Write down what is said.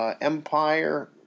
empire